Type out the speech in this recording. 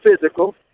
physical